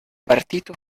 partito